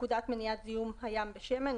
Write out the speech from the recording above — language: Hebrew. לפקודת מניעת זיהום מי הים בשמן ,